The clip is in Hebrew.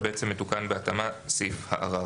בעצם מתוקן בהתאמה סעיף הערר.